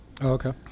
okay